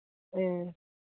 ꯎꯝ